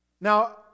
Now